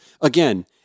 Again